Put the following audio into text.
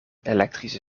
elektrische